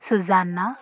Suzanna